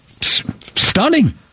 Stunning